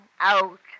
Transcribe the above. out